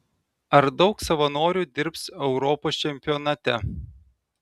ar daug savanorių dirbs europos čempionate